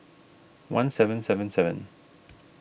one seven seven sevenn